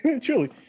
Truly